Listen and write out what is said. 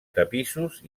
tapissos